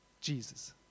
Jesus